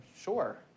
Sure